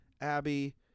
abby